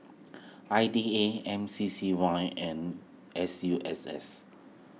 I D A M C C Y and S U S S